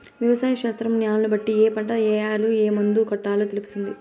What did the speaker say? వ్యవసాయ శాస్త్రం న్యాలను బట్టి ఏ పంట ఏయాల, ఏం మందు కొట్టాలో తెలుపుతుంది